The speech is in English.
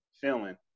feeling